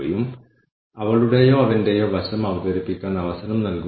വ്യത്യസ്ത പാരാമീറ്ററുകൾ വിലയിരുത്താൻ നിങ്ങൾ ഉപയോഗിക്കുന്ന മൂല്യം പ്രവചിക്കുക